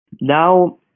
Now